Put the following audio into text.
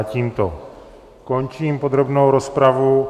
Tímto končím podrobnou rozpravu.